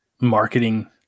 marketing